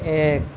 এক